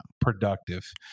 productive